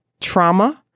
trauma